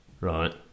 right